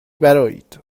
برآیید